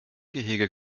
gehege